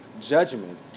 judgment